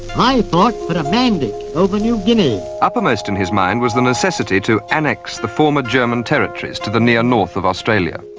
i fought for a mandate over new guinea. uppermost in his mind was the necessity to annex the former german territories to the near north of australia.